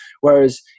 Whereas